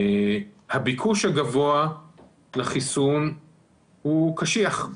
הביקוש הגבוה לחיסון הוא קשיח.